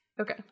Okay